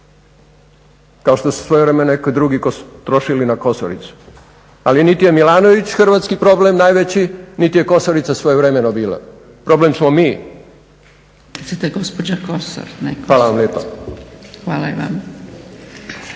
kao što je svojevremeno neko drugi trošili na KOsoricu. Ali niti je Milanović hrvatski problem najveći niti je Kosorica svojevremeno bila, problem smo mi. **Zgrebec, Dragica